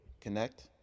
connect